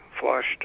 flushed